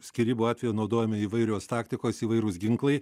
skyrybų atveju naudojami įvairios taktikos įvairūs ginklai